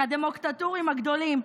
הדמוקטטורים הגדולים.